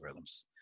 algorithms